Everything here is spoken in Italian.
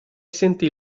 sentì